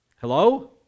Hello